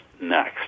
next